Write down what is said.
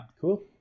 cool